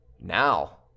Now